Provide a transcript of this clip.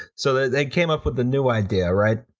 so they came up with a new idea, right,